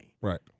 Right